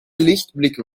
lichtblick